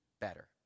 better